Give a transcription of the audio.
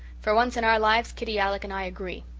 for once in our lives kitty alec and i agree.